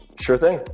sure thing.